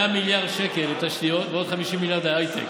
מיליארד שקל לתשתיות ועוד 50 מיליארד להייטק.